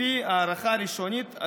לפי הערכה ראשונית,